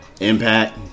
Impact